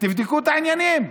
תבדקו את העניינים.